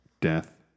Death